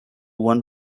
one